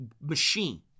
machine